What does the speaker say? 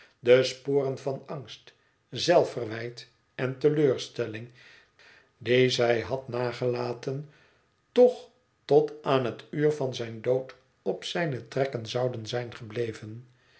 de sporen van angst zelfverwijt en teleurstelling die zij had nagelaten toch tot aan het uur van zijn dood op zijne trekken zouden zijn gebleven